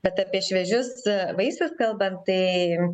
bet apie šviežius vaisius kalbant tai